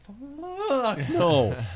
no